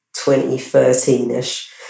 2013-ish